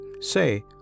Say